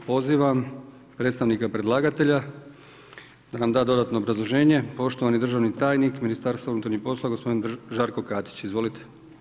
Pozivam predstavnika predlagatelja da nam da dodatno obrazloženje, poštovani državni tajnik MUP-a gospodin Žarko Katić, izvolite.